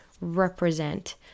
represent